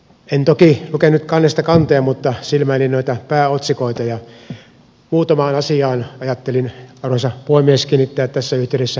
en toki lukenut kannesta kanteen mutta silmäilin noita pääotsikoita ja muutamaan asiaan ajattelin arvoisa puhemies kiinnittää tässä yhteydessä huomiota